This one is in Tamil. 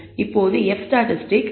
இப்போது F ஸ்டாட்டிஸ்டிக்99